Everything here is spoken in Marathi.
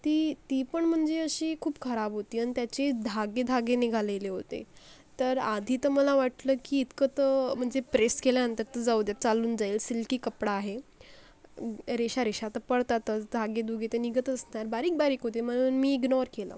ती ती पण म्हणजे अशी खूप खराब होती आणि त्याचे धागे धागे निघालेले होते तर आधी तर मला वाटलं की इतकं तर म्हणजे प्रेस केल्यानंतर तर जाऊ दे चालून जाईल सिल्की कपडा आहे रेषा रेषा तर पडतातच धागे दुगे तर निघत असणार बारीकबारीक होते म्हणून मी इग्नोर केलं